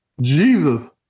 Jesus